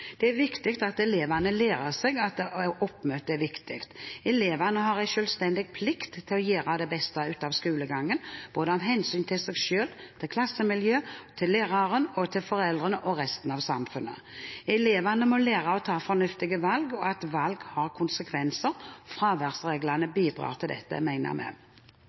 Det er viktig at elevene lærer seg at oppmøte er viktig. Elevene har en selvstendig plikt til å gjøre det beste ut av skolegangen, både av hensyn til seg selv, til klassemiljøet, til læreren og til foreldrene og resten av samfunnet. Elevene må lære å ta fornuftige valg, og at valg har konsekvenser. Fraværsreglene bidrar til dette, mener